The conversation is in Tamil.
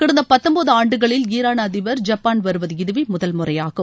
கடந்த பத்தொன்பது ஆண்டுகளில் ஈரான் அதிபர் ஜப்பான் வருவது இதுவே முதல்முறையாகும்